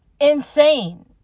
insane